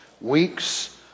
weeks